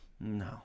no